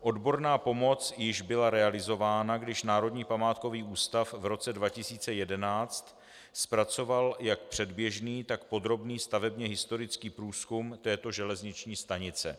Odborná pomoc již byla realizována, když Národní památkový ústav v roce 2011 zpracoval jak předběžný, tak podrobný stavebněhistorický průzkum této železniční stanice.